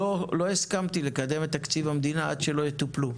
הסכמתי לקדם את תקציב המדינה עד שלא יטופלו.